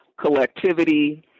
collectivity